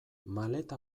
maleta